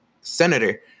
senator